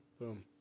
Boom